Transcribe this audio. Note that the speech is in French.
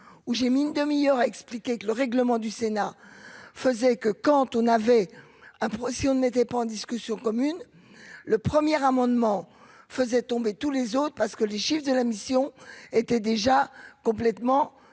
où j'ai mis une demi-heure, a expliqué que le règlement du Sénat faisait que quand on avait un si on n'était pas en discussion commune le premier amendement faisait tomber tous les autres, parce que les chiffres de la mission était déjà complètement